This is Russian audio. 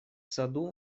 саду